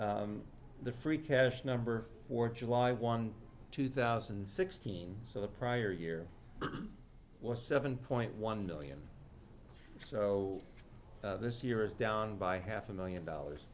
basis the free cash number for july one two thousand and sixteen so the prior year was seven point one million so this year is down by half a million dollars